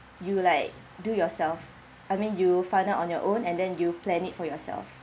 you like do yourself I mean you find out on your own and then you plan it for yourself